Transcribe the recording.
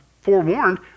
forewarned